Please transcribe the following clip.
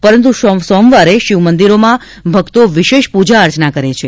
પરંતુ સોમવારે શિવ મંદિરોમાં ભક્તો વિશેષ પૂજા અર્ચના કરે છે